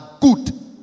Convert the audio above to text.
good